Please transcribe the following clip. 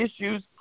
issues